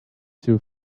two